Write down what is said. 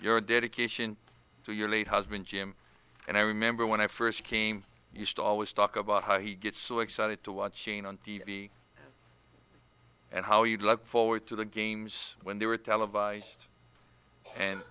your dedication to your late husband jim and i remember when i first came used to always talk about how he gets so excited to watching on t v and how you'd look forward to the games when they were televised and